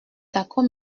d’accord